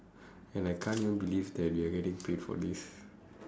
and I can't even believe we are getting paid for this